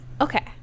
Okay